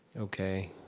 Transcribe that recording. okay,